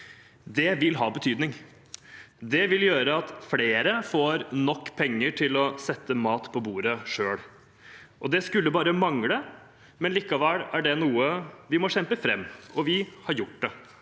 Det vil ha betydning. Det vil gjøre at flere får nok penger til å sette mat på bordet selv. Det skulle bare mangle, men likevel er dette noe vi må kjempe fram, og vi har gjort det,